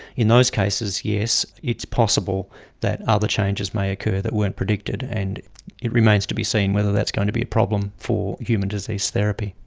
in those cases, yes, it's possible that other changes may occur that weren't predicted, and it remains to be seen whether that's going to be a problem for human disease therapy.